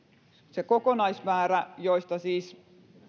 se kokonaismäärä joista siis